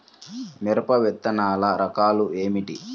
మిరప విత్తనాల రకాలు ఏమిటి?